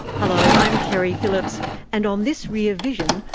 hello, i'm keri phillips and on this rear vision,